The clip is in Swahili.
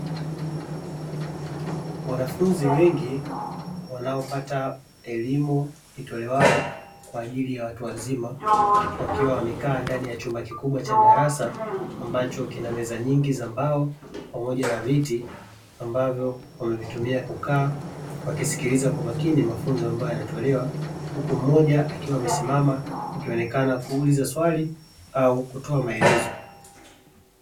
Wanafunzi wengi wanaopata elimu itolewayo kwa ajili ya watu wazima, wakiwa wamekaa ndani ya chumba kikubwa cha darasa, ambacho kina meza nyingi za mbao pamoja na vitu, ambavyo wamevitumia kukaa wakisikiliza kwa makini mafunzo ambayo yanatolewa, huku mmoja akiwa amesimama akionekana kuuliza swali au kutoa maelezo.